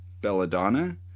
belladonna